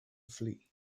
flee